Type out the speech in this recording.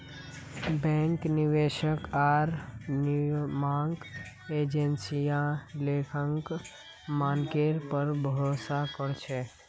bank, निवेशक आर नियामक एजेंसियां लेखांकन मानकेर पर भरोसा कर छेक